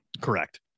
correct